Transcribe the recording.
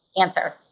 Answer